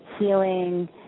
healing